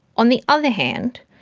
on the other hand,